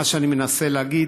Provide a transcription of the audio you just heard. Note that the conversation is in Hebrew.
מה שאני מנסה להגיד: